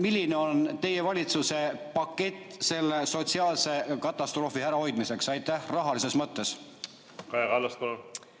milline on teie valitsuse pakett selle sotsiaalse katastroofi ärahoidmiseks rahalises mõttes! Kaja Kallas,